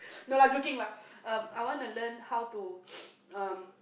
no lah joking lah um I want to learn how to um